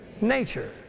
nature